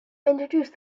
introduced